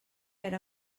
era